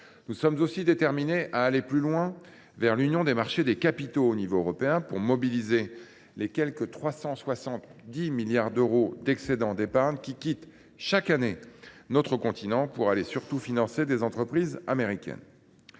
Nous sommes déterminés à aller plus loin vers l’union des marchés de capitaux à l’échelon européen, pour mobiliser les quelque 370 milliards d’euros d’excédent d’épargne qui quittent chaque année notre continent, essentiellement pour financer des entreprises américaines.